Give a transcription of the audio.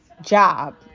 job